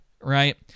right